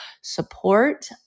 support